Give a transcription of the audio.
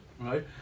right